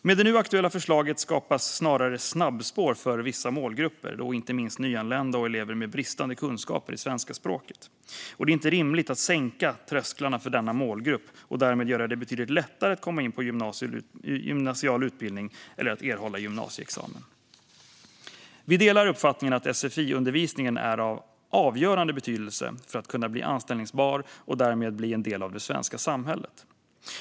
Med det nu aktuella förslaget skapas snarare snabbspår för vissa målgrupper, inte minst nyanlända och elever med bristande kunskaper i svenska språket. Det är inte rimligt att sänka trösklarna för denna målgrupp och därmed göra det betydligt lättare att komma in på gymnasial utbildning eller att erhålla gymnasieexamen. Vi delar uppfattningen att sfi-undervisningen är av avgörande betydelse för att en person ska kunna bli anställbar och därmed bli en del av det svenska samhället.